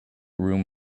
room